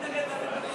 אל תתנגד להצעת החוק.